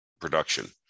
production